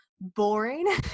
boring